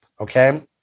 Okay